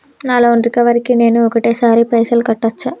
నా loan recovery కి నేను ఒకటేసరి పైసల్ కట్టొచ్చా?